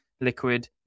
liquid